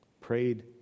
Prayed